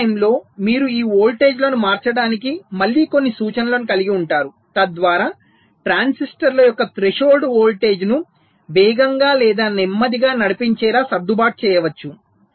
run టైమ్లో మీరు ఈ వోల్టేజ్లను మార్చడానికి మళ్లీ కొన్ని సూచనలను కలిగి ఉంటారు తద్వారా ట్రాన్సిస్టర్ల యొక్క థ్రెషోల్డ్ వోల్టేజ్ను వేగంగా లేదా నెమ్మదిగా నడిపించేలా సర్దుబాటు చేయవచ్చు